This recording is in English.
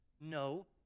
No